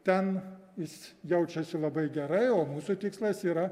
ten jis jaučiasi labai gerai o mūsų tikslas yra